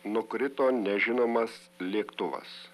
nukrito nežinomas lėktuvas